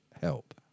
help